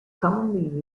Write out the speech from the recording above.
commonly